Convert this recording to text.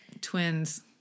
Twins